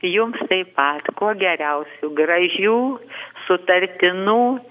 jums taip pat kuo geriausių gražių sutartinų